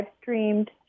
streamed